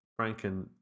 Franken